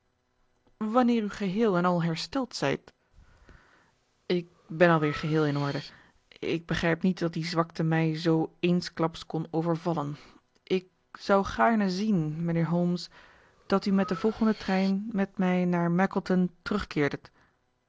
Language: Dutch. wanneer u geheel en al hersteld zijt ik ben alweer geheel in orde ik begrijp niet dat die zwakte mij zoo eensklaps kon overvallen ik zou gaarne zien mijnheer holmes dat u met den volgenden trein met mij naar mackleton terugkeerdet